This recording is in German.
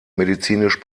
medizinisch